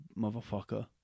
motherfucker